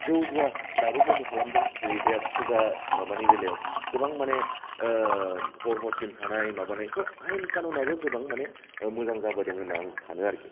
जौ जुवा दाबो ब्द' खालामदों जेरै दा फुजा माबानि बेलायाव गोबां माने ओ हर हरसिम थानाय माबानाय सब आइन खानुनाबो गोबां माने ओ मोजां जाबोदों होनना आं सानो आरखि